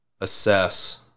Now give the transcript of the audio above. assess